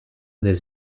des